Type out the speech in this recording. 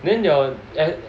then your air~